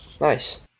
Nice